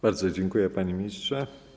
Bardzo dziękuję, panie ministrze.